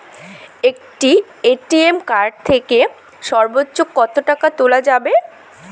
একটি ATM card থেকে সর্বোচ্চ কত টাকা তোলা যাবে?